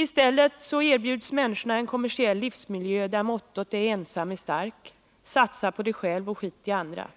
I stället erbjuds människorna en kommersiell livsmiljö, där mottot är: ”Ensam är stark, satsa på dig själv, och skit i andra!”